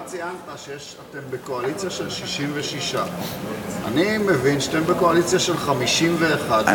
אתה ציינת שאתם בקואליציה של 66. אני מבין שאתם בקואליציה של 51,